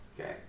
Okay